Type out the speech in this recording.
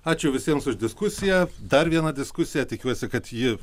ačiū visiems už diskusiją dar viena diskusija tikiuosi kad ji